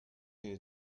you